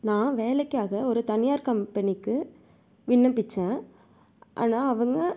நான் வேலைக்காக ஒரு தனியார் கம்பெனிக்கு விண்ணப்பிச்சேன் ஆனால் அவங்க